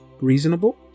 reasonable